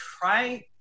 try